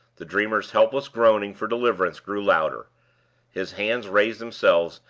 the dreamer's helpless groaning for deliverance grew louder his hands raised themselves,